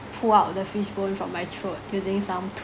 pull out the fishbone from my throat using some tool